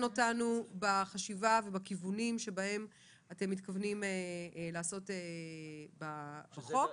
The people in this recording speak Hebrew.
אותנו בחשיבה ובכיוונים שאתם מתכוונים לעשות בחוק.